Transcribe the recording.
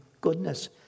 goodness